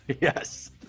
Yes